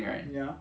ya